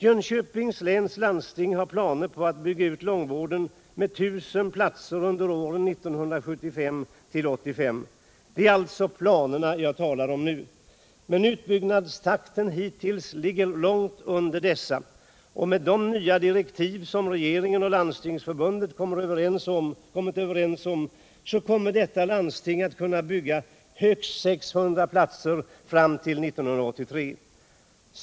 Jönköpings läns landsting har planer på att bygga ut långvården med 1 000 platser under åren 1975-1985. Men utbyggnadstakten hittills ligger långt under planerna. Och med de nya direktiv som regeringen och Landstingsförbundet har kommit överens om kommer landstinget att kunna bygga ut långvården med högst 600 platser fram till 1983.